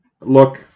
look